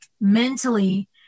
mentally